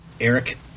Eric